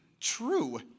true